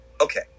Okay